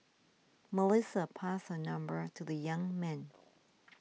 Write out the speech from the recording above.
Melissa passed her number to the young man